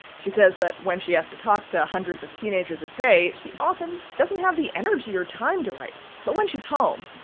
she says that when she has to talk to hundreds of teenagers a day, she often doesn't have the energy or time to write. but when she's home.